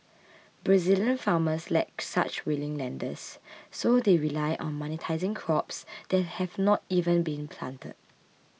Brazilian farmers lack such willing lenders so they rely on monetising crops that have not even been planted